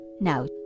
Now